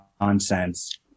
nonsense